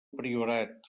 priorat